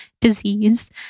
disease